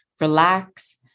relax